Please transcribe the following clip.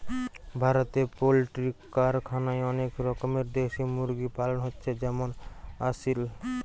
ভারতে পোল্ট্রি কারখানায় অনেক রকমের দেশি মুরগি পালন হচ্ছে যেমন আসিল